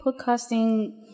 podcasting